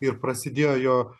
ir prasidėjo jo